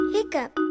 Hiccup